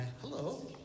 hello